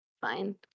fine